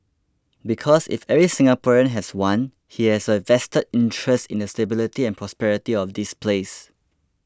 because if every Singaporean has one he has a vested interest in the stability and prosperity of this place